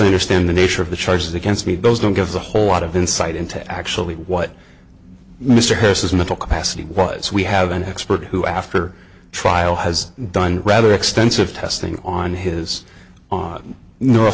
i understand the nature of the charges against me those don't give the whole lot of insight into actually what mr hersh has mental capacity was we have an expert who after trial has done rather extensive testing on his